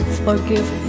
forgive